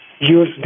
use